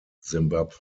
zimbabwe